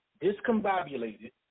discombobulated